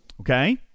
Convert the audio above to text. Okay